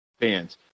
Fans